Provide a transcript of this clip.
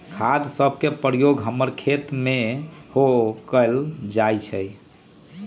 खाद सभके प्रयोग हमर खेतमें सेहो कएल जाइ छइ